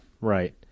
Right